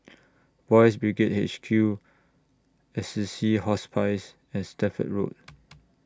Boys' Brigade H Q Assisi Hospice and Stamford Road